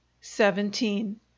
Seventeen